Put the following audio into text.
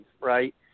right